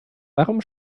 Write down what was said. warum